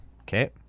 Okay